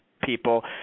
people